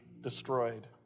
destroyed